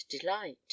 delight